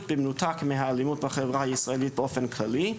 במנותק מהאלימות בחברה הישראלית באופן כללי.